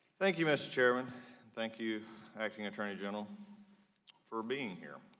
thank you, mr. chairman and thank you acting attorney general for being here.